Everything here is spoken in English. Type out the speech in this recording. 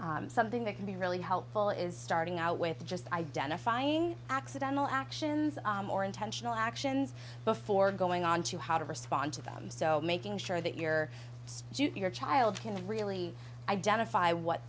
different something that can be really helpful is starting out with just identifying accidental actions or intentional actions before going on to how to respond to them so making sure that your stupid your child can really identify what